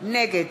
נגד